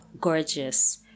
gorgeous